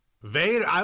Vader